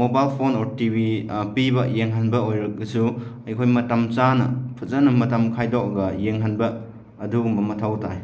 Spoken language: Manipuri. mobile phone or T V ꯄꯤꯕ ꯌꯦꯡꯍꯟꯕ ꯑꯣꯏꯔꯒꯁꯨ ꯑꯩꯈꯣꯏ ꯃꯇꯝ ꯆꯥꯅ ꯐꯖꯅ ꯃꯇꯝ ꯈꯥꯏꯗꯣꯛꯑꯒ ꯌꯦꯡꯍꯟꯕ ꯑꯗꯨꯒꯨꯝꯕ ꯃꯊꯧ ꯇꯥꯏ